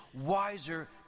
wiser